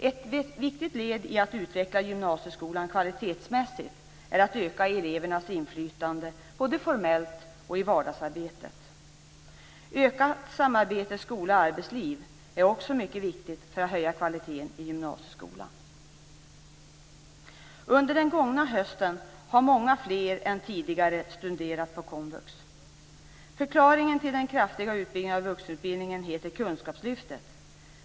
Ett viktigt led i att utveckla gymnasieskolan kvalitetsmässigt är att öka elevernas inflytande både formellt och i vardagsarbetet. Ökat samarbete mellan skola och arbetsliv är också mycket viktigt för att höja kvaliteten i gymnasieskolan. Under den gångna hösten har många fler än tidigare studerat på komvux. Förklaringen till den kraftiga utbyggnaden av vuxenutbildningen heter kunskapslyftet.